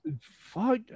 fuck